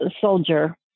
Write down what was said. soldier